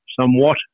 somewhat